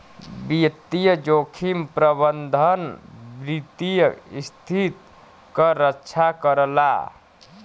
वित्तीय जोखिम प्रबंधन वित्तीय स्थिति क रक्षा करला